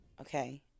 Okay